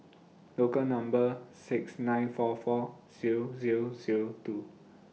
Local Number six nine four four Zero Zero Zero two